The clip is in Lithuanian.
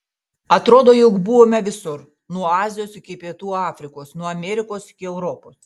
atrodo jog buvome visur nuo azijos iki pietų afrikos nuo amerikos iki europos